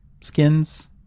skins